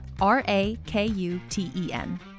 R-A-K-U-T-E-N